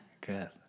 Good